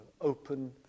open